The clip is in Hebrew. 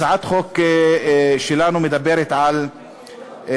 הצעת החוק שלנו אומרת שעקרת-בית